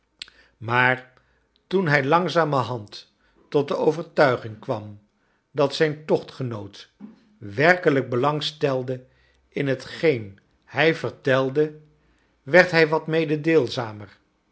maar toen hij langzamerhand tot de overtuiging kwam dat zijn tochtgenoot werkelijk belang si el de in hetgeen hij vertelde werd hij wat mededeelzamer